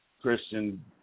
Christian